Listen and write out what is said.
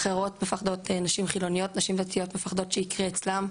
נשים דתיות מפחדות שיקרה אצלם,